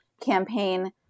campaign